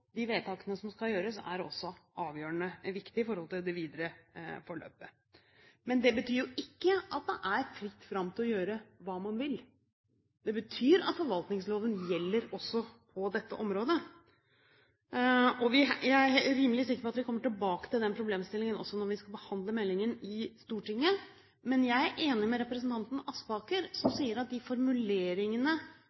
de vedtakene som skal gjøres, er altså også avgjørende viktig i forhold til det videre forløpet. Men det betyr ikke at det er fritt fram for å gjøre hva man vil. Det betyr at forvaltningsloven gjelder også på dette området. Jeg er rimelig sikker på at vi kommer tilbake til den problemstillingen også når vi skal behandle meldingen i Stortinget. Men jeg er enig med representanten Aspaker, som